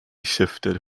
shifted